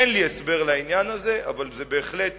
אין לי הסבר לעניין הזה, אבל זה בהחלט